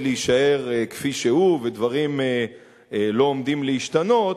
להישאר כפי שהוא ודברים לא עומדים להשתנות,